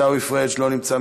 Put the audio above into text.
עיסאווי פריג' לא נמצא,